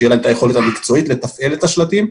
שתהיה להם היכולת המקצועית לתפעל את השלטים,